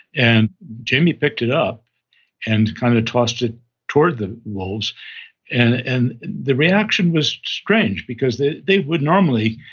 and jamie picked it up and kind of tossed it toward the wolves and and the reaction was strange, because they they would normally,